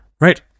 Right